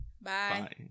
Bye